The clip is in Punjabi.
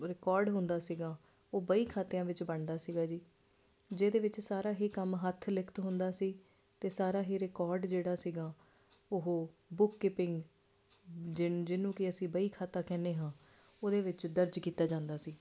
ਰਿਕਾਰਡ ਹੁੰਦਾ ਸੀਗਾ ਉਹ ਬਹੀ ਖਾਤਿਆਂ ਵਿੱਚ ਬਣਦਾ ਸੀਗਾ ਜੀ ਜਿਹਦੇ ਵਿੱਚ ਸਾਰਾ ਹੀ ਕੰਮ ਹੱਥ ਲਿਖਤ ਹੁੰਦਾ ਸੀ ਅਤੇ ਸਾਰਾ ਹੀ ਰਿਕਾਰਡ ਜਿਹੜਾ ਸੀਗਾ ਉਹ ਬੁੱਕ ਕੀਪਿੰਗ ਜਿ ਜਿਹਨੂੂੰ ਕਿ ਅਸੀਂ ਬਹੀ ਖਾਤਾ ਕਹਿੰਦੇ ਹਾਂ ਉਹਦੇ ਵਿੱਚ ਦਰਜ ਕੀਤਾ ਜਾਂਦਾ ਸੀ